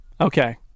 Okay